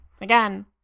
again